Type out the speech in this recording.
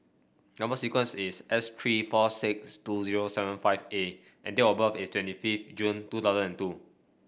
number sequence is S three four six two zero seven five A and date of birth is twenty fifth June two thousand and two